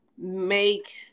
Make